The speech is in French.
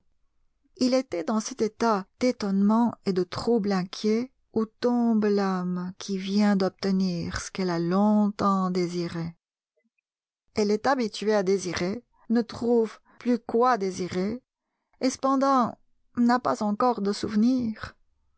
il était dans cet état d'étonnement et de trouble inquiet où tombe l'âme qui vient d'obtenir ce qu'elle a longtemps désiré elle est habituée à désirer ne trouve plus quoi désirer et cependant n'a pas encore de souvenirs